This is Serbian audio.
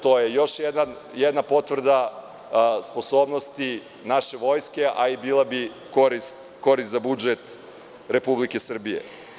To je još jedna potvrda sposobnosti naše vojske, a i bila bi korist za budžet Republike Srbije.